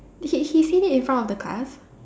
he he said that in front of the class